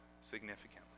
significantly